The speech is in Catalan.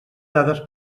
dades